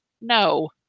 no